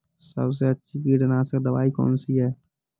सबसे अच्छी कीटनाशक दवाई कौन सी है?